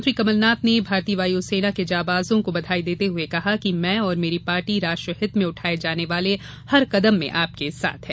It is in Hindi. मुख्यमंत्री कमलनाथ ने भारतीय वायुसेना के जाबांजों को बधाई देते हुये कहा कि मैं और मेरी पार्टी राष्ट्रहित में उठाये जाने वाले हर कदम में आपके साथ है